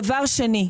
דבר שני.